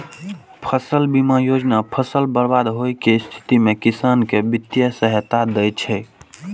फसल बीमा योजना फसल बर्बाद होइ के स्थिति मे किसान कें वित्तीय सहायता दै छै